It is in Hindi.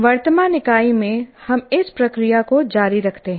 वर्तमान इकाई में हम इस प्रक्रिया को जारी रखते हैं